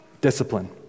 discipline